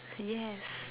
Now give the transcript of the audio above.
yes